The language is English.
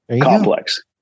complex